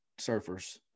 surfers